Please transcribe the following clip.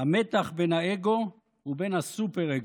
המתח בין האגו ובין הסופר-אגו.